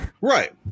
Right